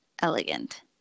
elegant